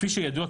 כפי שידוע,